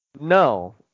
No